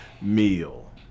meal